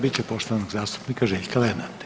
bit će poštovanog zastupnika Željka Lenarta.